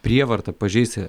prievarta pažeisti